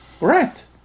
Right